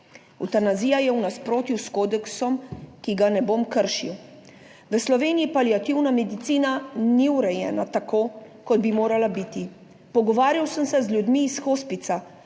Evtanazija je v nasprotju s kodeksom, ki ga ne bom kršil. V Sloveniji paliativna medicina ni urejena tako, kot bi morala biti. Pogovarjal sem se z ljudmi iz Hospica,